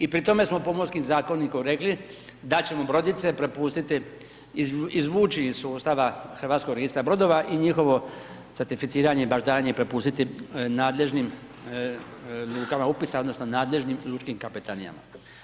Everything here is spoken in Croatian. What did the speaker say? I pri tome smo Pomorskim zakonikom rekli da ćemo brodice prepustiti, izvući iz sustava Hrvatskog registra brodova i njihovo certificiranje i baždarenje prepustiti nadležnim lukama upisa odnosno nadležnim lučkim kapetanijama.